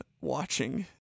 watching